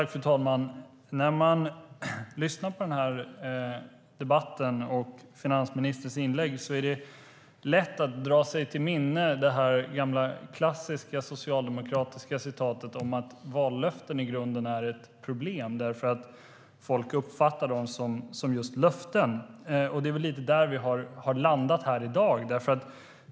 Fru talman! När man lyssnar på den här debatten och finansministerns inlägg är det lätt att dra sig till minnes det gamla klassiska socialdemokratiska citatet om att vallöften i grunden är ett problem, eftersom folk uppfattar dem som just löften. Det är väl någonstans där vi har landat.